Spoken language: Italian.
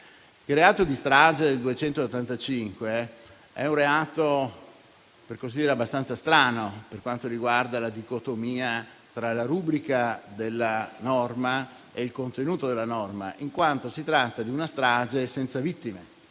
Il reato di strage di cui all'articolo 285 è abbastanza strano, per quanto riguarda la dicotomia tra la rubrica e il contenuto della norma, in quanto si tratta di una strage senza vittime.